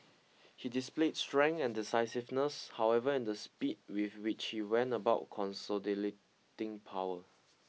he displayed strength and decisiveness however in the speed with which he went consolidating power